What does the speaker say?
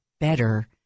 better